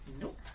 Nope